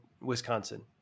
Wisconsin